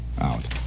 Out